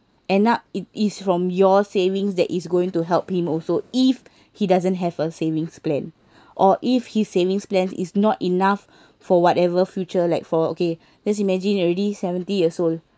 end up it is from your savings that is going to help him also if he doesn't have a savings plan or if his savings plan is not enough for whatever future like for okay let's imagine you already seventy years old